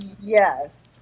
Yes